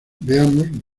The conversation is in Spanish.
veamos